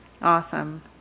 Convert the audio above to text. Awesome